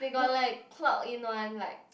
they got like clock in one like